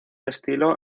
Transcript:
estilo